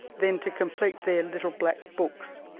then to complete their little black books.